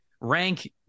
rank